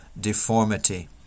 deformity